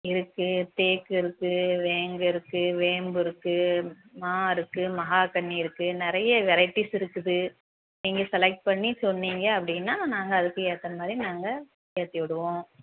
இருக்குது தேக்கு இருக்குது வேங்கை இருக்குது வேம்பு இருக்குது மா இருக்குது மஹாகனி இருக்குது நிறைய வெரைட்டிஸ் இருக்குது நீங்கள் செலக்ட் பண்ணி சொன்னீங்கள் அப்படின்னா நாங்கள் அதுக்கு ஏற்ற மாதிரி நாங்கள் ஏற்றிவிடுவோம்